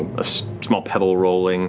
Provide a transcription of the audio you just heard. a small pebble rolling,